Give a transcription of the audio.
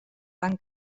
van